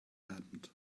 happened